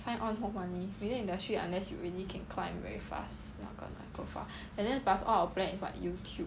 sign on more money media industry unless you really can climb very fast if not gonna go far and then plus all our plan is what youtube